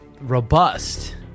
Robust